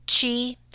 Chi